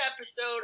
episode